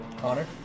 Connor